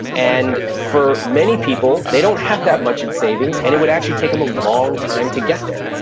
and for many people, they don't have that much in savings and it would actually take them a long time to get there.